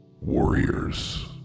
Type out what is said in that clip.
Warriors